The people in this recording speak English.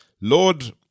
Lord